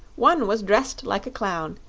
one was dressed like a clown,